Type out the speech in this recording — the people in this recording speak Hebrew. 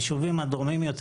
היישובים הדרומיים יותר,